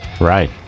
Right